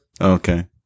Okay